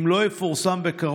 3. אם לא יפורסם בקרוב,